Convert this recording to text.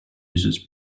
users